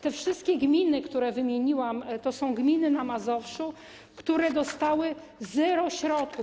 Te wszystkie gminy, które wymieniłam, to są gminy na Mazowszu, które dostały zero środków.